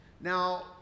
Now